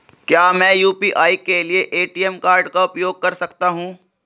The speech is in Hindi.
क्या मैं यू.पी.आई के लिए ए.टी.एम कार्ड का उपयोग कर सकता हूँ?